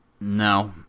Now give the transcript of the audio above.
No